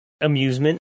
amusement